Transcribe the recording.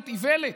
זאת איוולת.